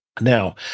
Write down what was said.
Now